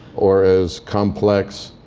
or as complex,